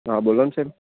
હા બોલો ન સાહેબ